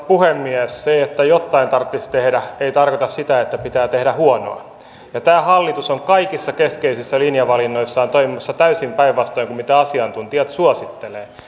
puhemies se että jottain tarttis tehdä ei tarkoita sitä että pitää tehdä huonoa tämä hallitus on kaikissa keskeisissä linjavalinnoissaan toimimassa täysin päinvastoin kuin asiantuntijat suosittelevat